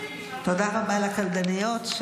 תודה רבה לקלדניות,